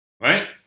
Right